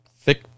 Thick